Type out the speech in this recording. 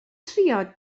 trio